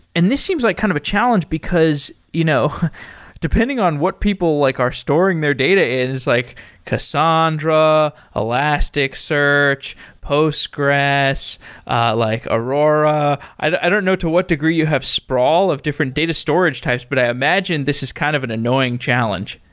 and this seems like kind of a challenge, because you know depending on what people like are storing their data in, it's like cassandra, elasticsearch, postgres, like aurora. i don't know to what degree you have sprawl of different data storage types, but i imagine this is kind of an annoying challenge.